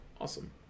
awesome